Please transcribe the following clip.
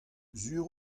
sur